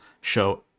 show